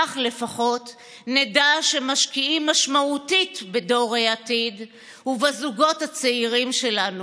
כך לפחות נדע שמשקיעים משמעותית בדור העתיד ובזוגות הצעירים שלנו,